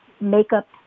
makeup